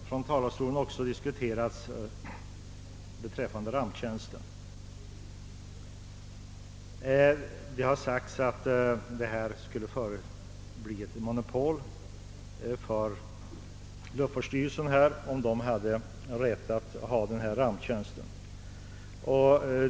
Från talarstolen har också ramptjänsten upptagits till behandling. Om luftfartsstyrelsen skulle få rätt att ha ramptjänsten, skulle det bli fråga om ett monopol.